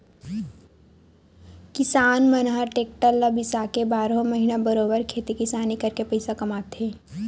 किसान मन ह टेक्टर ल बिसाके बारहो महिना बरोबर खेती किसानी करके पइसा कमाथे